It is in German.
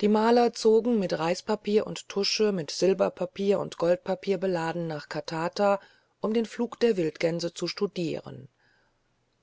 die maler zogen mit reispapier und tusche mit silberpapier und goldpapier beladen nach katata um den flug der wildgänse zu studieren